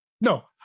No